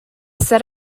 set